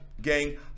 gang